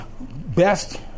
best